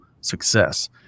success